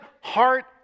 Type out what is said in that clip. heart